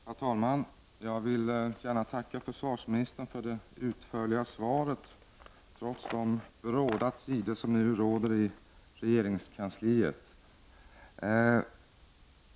Herr talman! Jag vill gärna tacka försvarsministern för att svaret utformats så utförligt, trots de bråda tider som nu råder i regeringskansliet.